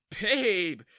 Babe